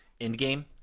Endgame